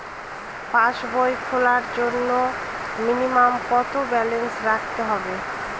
পাসবই খোলার জন্য মিনিমাম কত ব্যালেন্স রাখতে হবে?